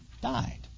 died